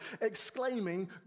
exclaiming